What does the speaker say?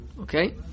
okay